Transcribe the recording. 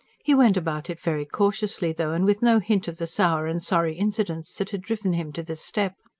he went about it very cautiously though and with no hint of the sour and sorry incidents that had driven him to the step.